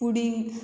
pudding